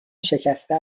شکسته